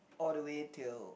all the way till